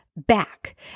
back